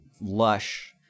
lush